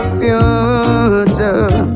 future